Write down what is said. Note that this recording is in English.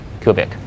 cubic